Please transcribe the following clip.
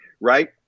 Right